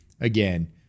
again